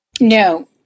No